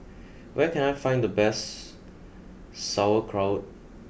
where can I find the best sauerkraut